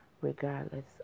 regardless